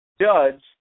judge